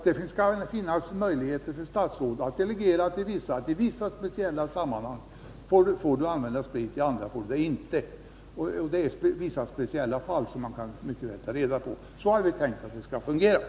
Det skall finnas möjlighet för statsråden att bestämma att i vissa speciella sammanhang får man använda sprit — i andra inte. Vilka speciella fall det gäller kan man mycket väl ta reda på.